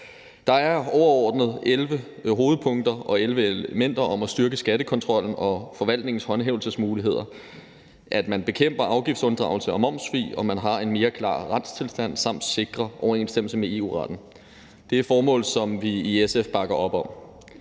Der er overordnet 11 hovedpunkter og 11 elementer om at styrke skattekontrollen og Skatteforvaltningens håndhævelsesmuligheder og om, at man bekæmper afgiftsunddragelse og momssvig, og at man har en mere klar retstilstand, samt at man sikrer overensstemmelse med EU-retten. Det er formål, som vi i SF bakker op om.